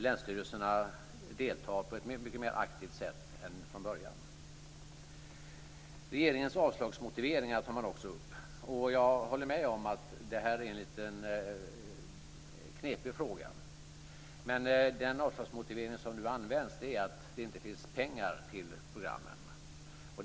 Länsstyrelserna deltar på ett mycket mer aktivt sätt än från början. Regeringens avslagsmotiveringar tar man också upp. Jag håller med om att det här är en lite knepig fråga. Den avslagsmotivering som nu används är att det inte finns pengar till programmen.